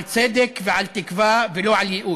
על צדק ועל תקווה, ולא על ייאוש.